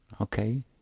Okay